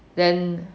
then